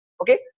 Okay